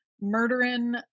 murdering